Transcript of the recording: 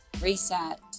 Reset